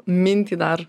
mintį dar